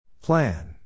Plan